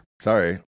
Sorry